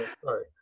Sorry